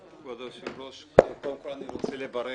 כבוד היושב-ראש, קודם כול אני רוצה לברך,